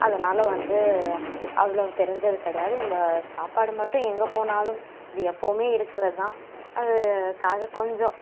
அதனால் வந்து அவ்வளவு தெரிஞ்சது கிடையாது இந்த சாப்பாடு மட்டும் எங்கே போனாலும் இது எப்போதுமே இருக்கிறது தான் அதுக்காக கொஞ்சம்